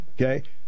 Okay